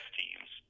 teams